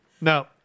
No